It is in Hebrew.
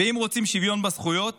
ואם רוצים שוויון בזכויות,